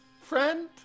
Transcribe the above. FRIEND